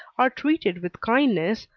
are treated with kindness,